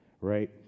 Right